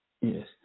Yes